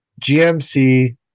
GMC